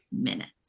minutes